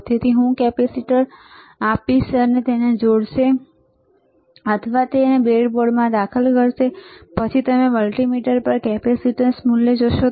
તેથી હું તેને કેપેસિટર આપીશ તે તેને જોડશે અથવા તે તેને બ્રેડબોર્ડમાં દાખલ કરશે અને પછી તમે મલ્ટિમીટર પર કેપેસિટેન્સનું મૂલ્ય જોશો